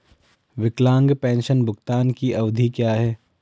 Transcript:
विकलांग पेंशन भुगतान की अवधि क्या है?